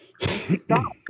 Stop